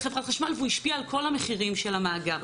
והוא השפיע על כל המחירים של המאגר.